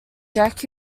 jack